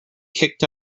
kicked